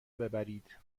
ببرید